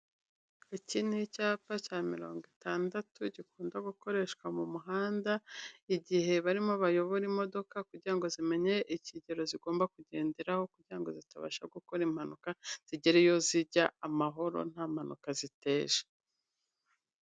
Iki ni icyapa cya mirongo itandatu gikunda gukoreshwa mu muhanda igihe barimo bayobora imodoka kugira ngo zimenye ikigero zigomba kugenderaho kugira ngo zitabasha gukora impanuka zigere iyo zijya amahoro nta mpanuka ziteje.